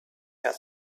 had